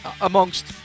amongst